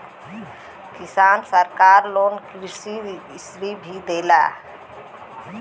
सरकार किसान लोगन के कृषि ऋण भी देला